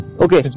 Okay